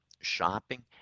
shopping